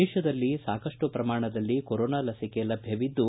ದೇಶದಲ್ಲಿ ಸಾಕಷ್ಟು ಪ್ರಮಾಣದಲ್ಲಿ ಕೊರೋನಾ ಲಸಿಕೆ ಲಭ್ಧವಿದ್ದು